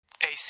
AC